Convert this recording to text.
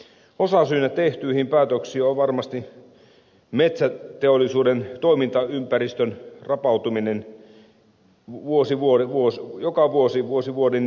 osasyynä tehtyihin päätöksiin on varmasti metsäteollisuuden toimintaympäristön rapautuminen joka vuosi vuosi vuoden jälkeen